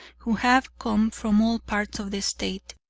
who have come from all parts of the state.